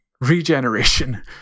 regeneration